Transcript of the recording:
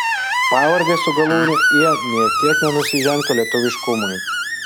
pavardės su galūne ė nė kiek nenusižengtų lietuviškumui